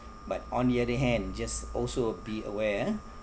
but on the other hand just also be aware ah